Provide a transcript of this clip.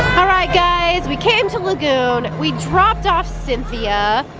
alright guys, we came to lagoon. we dropped off cynthia.